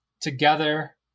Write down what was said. together